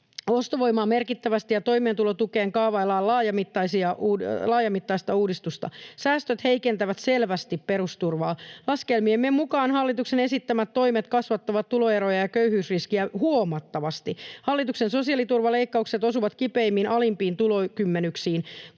ostovoimaa merkittävästi ja toimeentulotukeen kaavaillaan laajamittaista uudistusta. Säästöt heikentävät selvästi perusturvaa. Laskelmiemme mukaan hallituksen esittämät toimet kasvattavat tuloeroja ja köyhyysriskiä huomattavasti. Hallituksen sosiaaliturvaleikkaukset osuvat kipeimmin alimpiin tulokymmenyksiin.